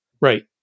Right